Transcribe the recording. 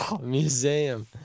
museum